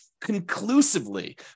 conclusively